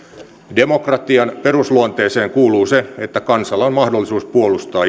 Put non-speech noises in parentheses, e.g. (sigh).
demokratian perusluonteeseen kuuluu se että kansalla on mahdollisuus puolustaa (unintelligible)